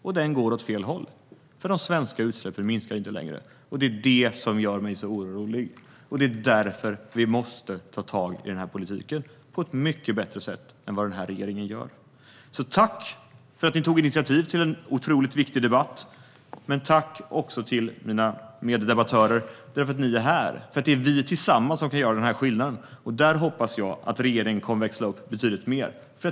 Och den går åt fel håll, för de svenska utsläppen minskar inte längre. Det är det som gör mig orolig, och det är därför vi måste ta tag i den här politiken på ett mycket bättre sätt än den här regeringen gör. Tack för att ni i Miljöpartiet tog initiativ till en otroligt viktig debatt, men tack också till mina meddebattörer för att ni är här. Det är vi tillsammans som kan göra den här skillnaden, och där hoppas jag att regeringen kommer att växla upp betydligt mer.